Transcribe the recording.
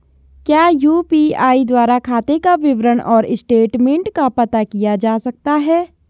क्या यु.पी.आई द्वारा खाते का विवरण और स्टेटमेंट का पता किया जा सकता है?